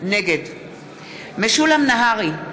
נגד משולם נהרי,